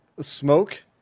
smoke